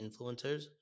influencers